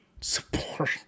support